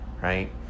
right